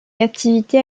captivité